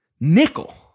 nickel